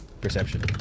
Perception